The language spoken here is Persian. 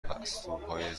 پستوهای